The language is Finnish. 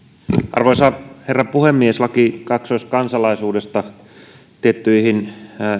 arvoisa herra puhemies laki kaksoiskansalaisuudesta liittyen tiettyihin